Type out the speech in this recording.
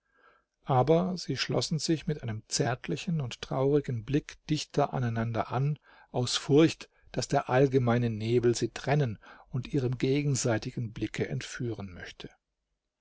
aber sie schlossen sich mit einem zärtlichen und traurigen blicke dichter aneinander an aus furcht daß der allgemeine nebel sie trennen und ihrem gegenseitigen blicke entführen möchte